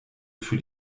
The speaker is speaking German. für